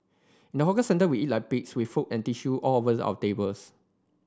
in the hawker centre we eat like pigs with food and tissue all over the of tables